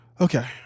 Okay